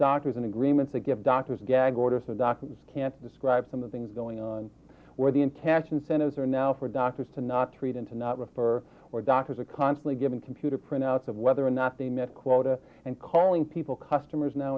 doctors and agreements to give doctors a gag order so doctors can't describe some of things going on where the in cash incentives are now for doctors to not treat him to not refer or doctors are constantly given computer printouts of whether or not they met quota and calling people customers now